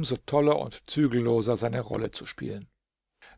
so toller und zügelloser seine rolle zu spielen